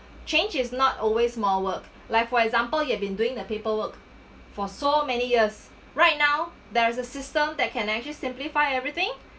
change is not always more work like for example you've been doing the paperwork for so many years right now there is a system that can actually simplify everything